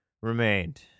remained